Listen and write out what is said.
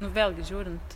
nu vėlgi žiūrint